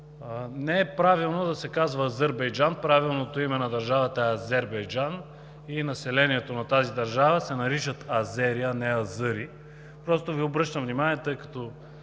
не е правилно да се казва Азърбайджан. Правилното име на държавата е Азербайджан и населението на тази държава се наричат азери, а не азъри. Просто Ви обръщам внимание, тъй като